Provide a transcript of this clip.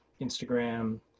Instagram